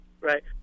Right